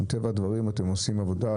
מטבע הדברים אתם עושים עבודה,